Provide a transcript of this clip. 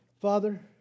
Father